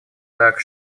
так